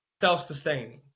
self-sustaining